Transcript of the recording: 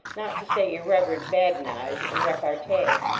not to say irreverent, badinage and repartee.